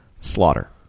Slaughter